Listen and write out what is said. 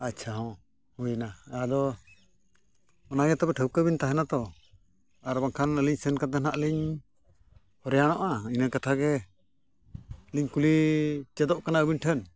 ᱟᱪᱪᱷᱟ ᱦᱚᱸ ᱦᱩᱭᱮᱱᱟ ᱟᱫᱚ ᱚᱱᱟ ᱜᱮ ᱛᱚᱵᱮ ᱴᱷᱟᱹᱣᱠᱟᱹ ᱵᱤᱱ ᱛᱟᱦᱮᱱᱟ ᱛᱚ ᱟᱨ ᱵᱟᱝᱠᱷᱟᱱ ᱟᱹᱞᱤᱧ ᱥᱮᱱ ᱠᱟᱛᱮ ᱱᱟᱦᱟᱸᱜ ᱞᱤᱧ ᱦᱟᱭᱨᱟᱱᱚᱜᱼᱟ ᱤᱱᱟᱹ ᱠᱟᱛᱷᱟ ᱜᱮ ᱞᱤᱧ ᱠᱩᱞᱤ ᱪᱮᱫᱚᱜ ᱠᱟᱱᱟ ᱟᱹᱵᱤᱱ ᱴᱷᱮᱱ